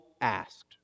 asked